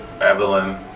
Evelyn